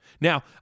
Now